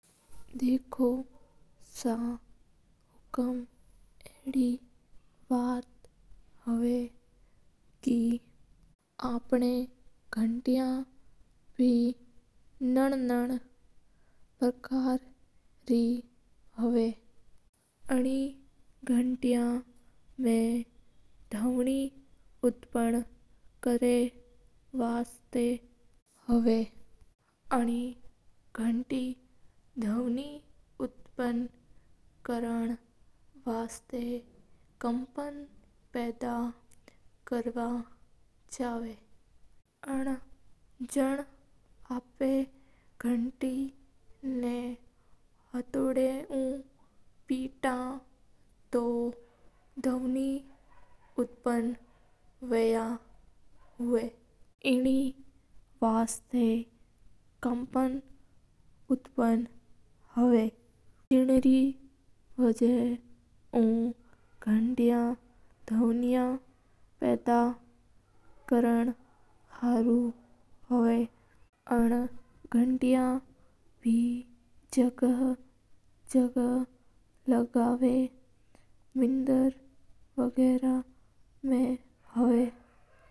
देखो सा एचकेएम ओआन गटया नान पार्कर होवा एना गंटेया मा धवनी उत्पाद होवा हा कम्पन उत्पन्न करण वास्ता आपा बिन मैन कम्पनीन करा हा। और बिन माता पर हथौड़ा उ पीता जन कम्पनीन उत्पन्न होई गंटेया दहाव नी पड़ करण मा काम आया करा हा गंटेया गनी जगह काम आया करा हा मिन्देर और बे भोत जगह होवा हा।